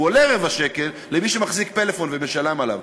הוא עולה רבע שקל למי שמחזיק פלאפון ומשלם עליו.